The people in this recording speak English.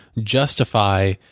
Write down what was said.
justify